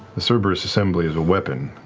the cerberus assembly is a weapon.